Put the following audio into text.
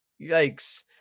Yikes